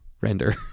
Render